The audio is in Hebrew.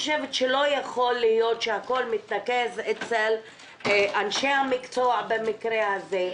לא יכול להיות שהכול מתנקז אצל אנשי המקצוע במקרה הזה.